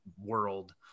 world